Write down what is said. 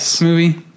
movie